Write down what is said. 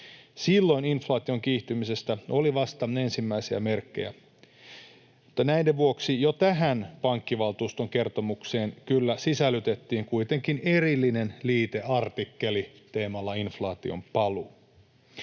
Silloin inflaation kiihtymisestä oli vasta ensimmäisiä merkkejä, mutta näiden vuoksi jo tähän pankkivaltuuston kertomukseen kyllä sisällytettiin kuitenkin erillinen liiteartikkeli teemalla ”inflaation paluu”.